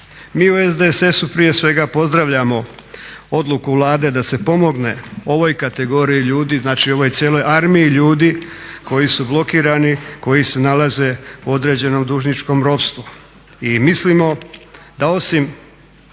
Mi u SDSS-u prije svega pozdravljamo odluku Vlade da se pomogne ovoj kategoriji ljudi, znači ovoj cijeloj vojsci ljudi koji su blokirani, koji se nalaze u određenom dužničkom ropstvu.